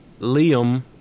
Liam